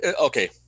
Okay